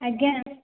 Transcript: ଆଜ୍ଞା